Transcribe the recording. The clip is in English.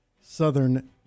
Southern